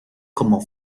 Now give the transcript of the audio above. como